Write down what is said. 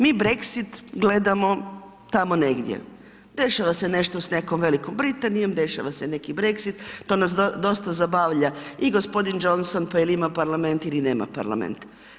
Mi Brexit gledamo tamo negdje, dešava se nešto s nekom velikom Britanijom, dešava se neki Brexit, to nas dosta zabavlja i g. Johnson pa jel' ima Parlament ili nema Parlament.